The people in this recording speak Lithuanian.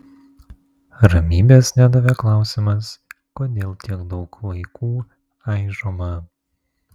ramybės nedavė klausimas kodėl tiek daug vaikų aižoma